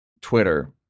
Twitter